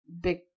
big